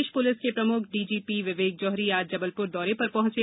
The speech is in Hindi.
प्रदेश पुलिस के प्रमुख डीजीपी विवेक जोहरी आज जबलपुर दौरे पर पहुंचे